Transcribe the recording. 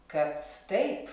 kad taip